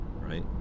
right